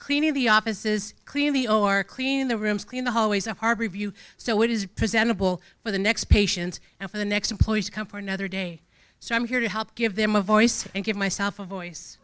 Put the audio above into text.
cleaning the offices clearly or clean the rooms clean the hallways of hard review so what is presented will for the next patient and for the next employees come for another day so i'm here to help give them a voice and give myself a voice